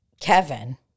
Kevin